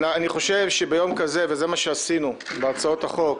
אני חושב שביום כזה, וזה מה שעשינו בהצעות החוק,